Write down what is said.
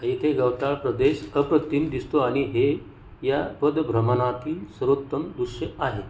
येथे गवताळ प्रदेश अप्रतिम दिसतो आणि हे या पदभ्रमणातील सर्वोत्तम दृश्य आहे